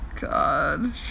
God